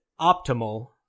optimal